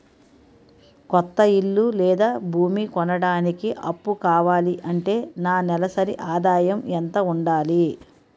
కొత్త ఇల్లు లేదా భూమి కొనడానికి అప్పు కావాలి అంటే నా నెలసరి ఆదాయం ఎంత ఉండాలి?